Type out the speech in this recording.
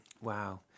Wow